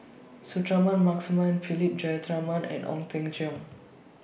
Suratman Markasan Philip Jeyaretnam and Ong Teng Cheong